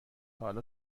حالا